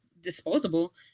disposable